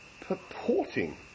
purporting